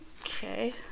Okay